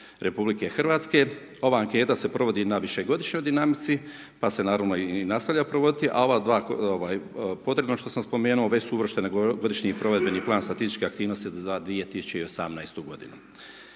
imovine RH. Ova anketa se provodi na višegodišnjoj dinamici pa se naravno i nastavlja provoditi a potrebno što sam spomenuo, već su uvršteni godišnji provedbeni plan statističkih aktivnosti za 2018. Inače